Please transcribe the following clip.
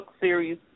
series